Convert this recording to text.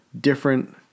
different